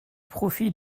profit